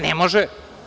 Ne može.